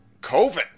COVID